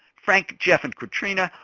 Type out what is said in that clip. frank, jeff and katrina,